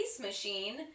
Machine